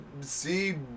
see